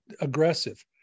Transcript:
aggressive